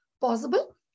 possible